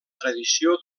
tradició